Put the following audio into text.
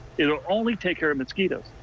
it will only take care of mosquitoes.